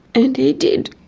and he did.